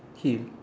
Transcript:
kill